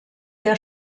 der